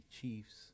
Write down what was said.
Chiefs